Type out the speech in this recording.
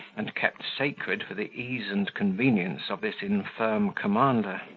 and kept sacred for the ease and convenience of this infirm commander.